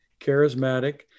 charismatic